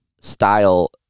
style